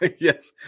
Yes